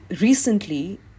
recently